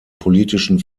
politischen